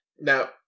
Now